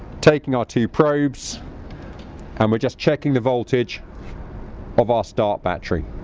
taking our two probes and we're just checking the voltage of our start battery.